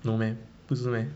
no meh 不是 meh